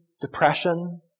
depression